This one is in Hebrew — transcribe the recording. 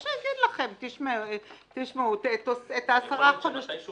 או שיגיד לכם --- יכול להיות שמתי שהוא